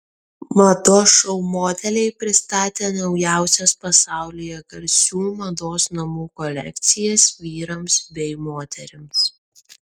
mados šou modeliai pristatė naujausias pasaulyje garsių mados namų kolekcijas vyrams bei moterims